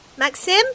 Maxim